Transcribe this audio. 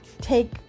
take